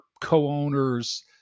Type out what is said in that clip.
co-owners